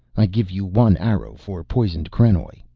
i give you one arrow for poisoned krenoj.